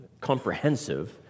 comprehensive